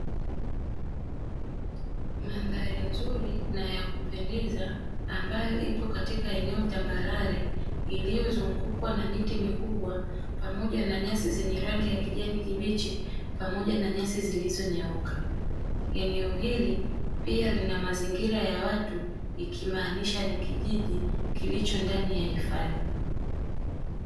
Mandhari nzuri na ya kupendeza ambayo ipo katika eneo tambarare iliyozungukwa na miti mikubwa pamoja na nyasi zenye rangi ya kijani kibichi pamoja na nyasi zilizonyauka. Eneo hili pia lina mazingira ya watu ikimaanisha ni kijiji kilicho ndani ya hifadhi.